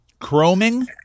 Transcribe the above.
chroming